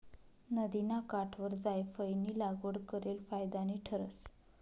नदिना काठवर जायफयनी लागवड करेल फायदानी ठरस